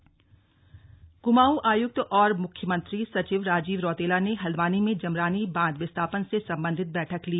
विस्थापना बैठक कुमाऊं आयुक्त और मुख्यमंत्री सचिव राजीव रौतेला ने हल्द्वानी में जमरानी बांध विस्थापन से संबंधित बैठक ली